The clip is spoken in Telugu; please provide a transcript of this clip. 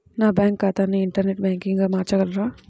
నా బ్యాంక్ ఖాతాని ఇంటర్నెట్ బ్యాంకింగ్గా మార్చగలరా?